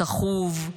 טחוב,